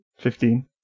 Fifteen